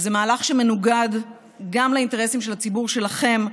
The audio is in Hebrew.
וזה מהלך שמנוגד גם לאינטרסים של הציבור שלכם,